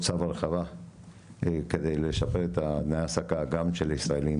צו הרחבה כדי לשפר את תנאי ההעסקה גם של ישראלים,